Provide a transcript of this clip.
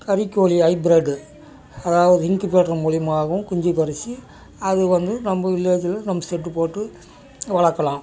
கறிக்கோழி hybrid அதாவது incubator மூலிமாகவும் குஞ்சு பொறித்து அது வந்து நம்ம நம்ம ஷெட்டு போட்டு வளர்க்கலாம்